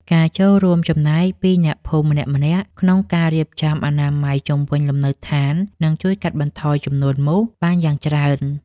ការចូលរួមចំណែកពីអ្នកភូមិម្នាក់ៗក្នុងការរៀបចំអនាម័យជុំវិញលំនៅដ្ឋាននឹងជួយកាត់បន្ថយចំនួនមូសបានយ៉ាងច្រើន។